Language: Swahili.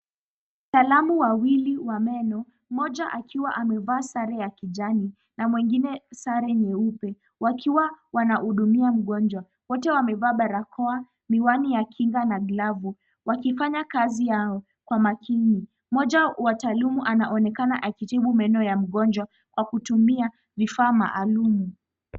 Wataalam wawili wa meno, mmoja akiwa amevaa sare ya kijani na mwingine sare nyeupe wakiwa wanahudumia mgonjwa. Wote wamevaa barakoa, miwani ya kinga na glavu wakifanya kazi yao kwa makini. Mmoja wa wataalam anaonekana akitibu meno ya mgonjwa kwa kutumia vifaa maalum.